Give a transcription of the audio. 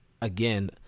again